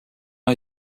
ont